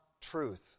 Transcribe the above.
truth